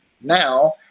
now